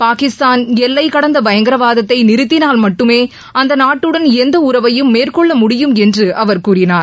பாகிஸ்தான் எல்லைக் கடந்த பயங்கரவாதத்தை நிறுத்தினால் மட்டுமே அந்த நாட்டுடன் எந்த உறவையும் மேற்கொள்ள முடியும் என்று அவர் கூறினார்